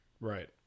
Right